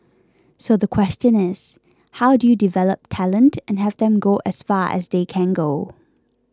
so the question is how do you develop talent and have them go as far as they can go